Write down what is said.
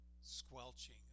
squelching